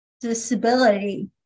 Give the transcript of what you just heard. disability